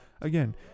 again